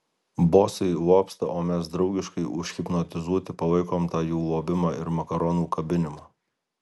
bosai lobsta o mes draugiškai užhipnotizuoti palaikom tą jų lobimą ir makaronu kabinimą